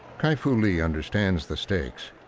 kai-fu lee understands the stakes.